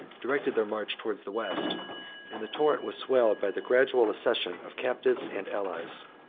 directed their march towards the west and the torrent was swelled by the gradual accession of captives and allies.